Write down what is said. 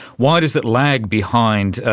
why does it lag behind,